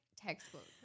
textbook